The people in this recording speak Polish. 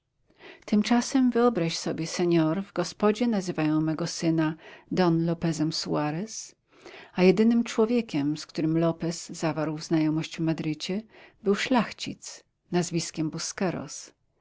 tymczasem wyobraź sobie senor w gospodzie nazywają mego syna don lopezem suarez a jedynym człowiekiem z którym lopez zawarł znajomość w madrycie był szlachcic nazwiskiem